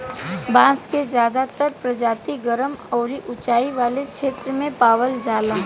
बांस के ज्यादातर प्रजाति गरम अउरी उचाई वाला क्षेत्र में पावल जाला